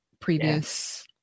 previous